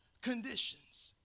conditions